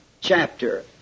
chapter